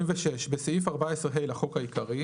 46. בסעיף 14ה לחוק העיקרי